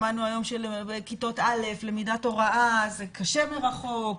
שמענו היום שלכיתות א' למידת הוראה זה קשה מרחוק.